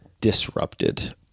disrupted